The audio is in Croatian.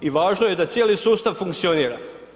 I važno je da cijeli sustav funkcionira.